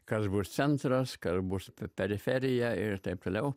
kas bus centras kas bus periferija ir taip toliau